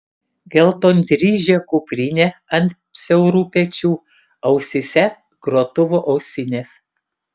geltondryžė kuprinė ant siaurų pečių ausyse grotuvo ausinės